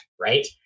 right